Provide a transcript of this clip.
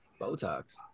botox